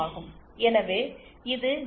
எனவே இது ஜி